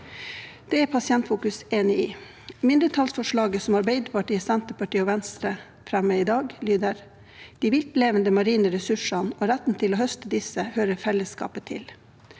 Det er Pasientfokus enig i. Mindretallsforslaget som Arbeiderpartiet, Senterpartiet og Venstre fremmer i dag, lyder: «De viltlevende marine ressurser, og retten til å høste disse, hører fellesskapet til.»